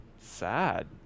sad